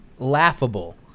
laughable